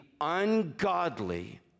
ungodly